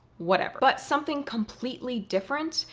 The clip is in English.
whatever. but something completely different,